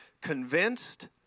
convinced